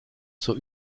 zur